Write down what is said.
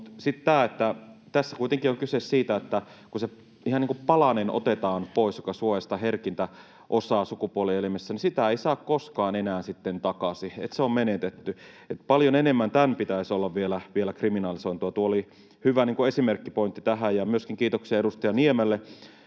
muuta vastaavaa. Mutta tässä kuitenkin on kyse siitä, että kun otetaan pois ihan palanen, joka suojaa sitä herkintä osaa sukupuolielimessä, niin sitä ei saa koskaan enää sitten takaisin, se on menetetty, eli paljon enemmän tämän pitäisi olla kriminalisoitua. Tuo oli hyvä esimerkkipointti tähän. Myöskin kiitoksia edustaja Niemelle.